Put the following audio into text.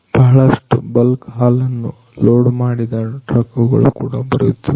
ಬಹಳಷ್ಟು ಬಲ್ಕ್ ಹಾಲನ್ನ ಲೋಡ್ ಮಾಡಿದ ಟ್ರಕ್ಕುಗಳು ಕೂಡ ಬರುತ್ತಿವೆ